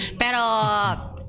pero